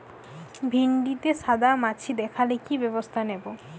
ভিন্ডিতে সাদা মাছি দেখালে কি ব্যবস্থা নেবো?